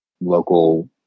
local